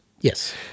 Yes